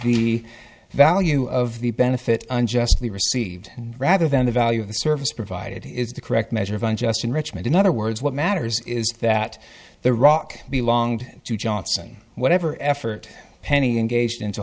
the value of the benefit unjustly received rather than the value of the service provided is the correct measure of unjust enrichment in other words what matters is that the rock be longed to johnson whatever effort penny engaged into